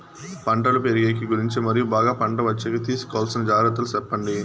పంటలు పెరిగేకి గురించి మరియు బాగా పంట వచ్చేకి తీసుకోవాల్సిన జాగ్రత్త లు సెప్పండి?